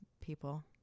people